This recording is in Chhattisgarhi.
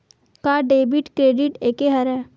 का डेबिट क्रेडिट एके हरय?